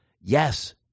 Yes